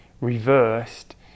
reversed